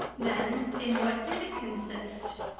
then in what did it consist?